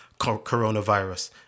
coronavirus